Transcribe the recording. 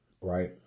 right